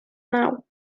nau